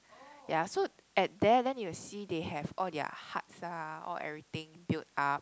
ya so at there then you'll see they have all their huts ah all everything built up